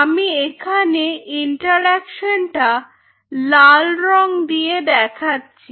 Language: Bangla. আমি এখানে ইন্টারঅ্যাকশনটা লাল রং দিয়ে দেখাচ্ছি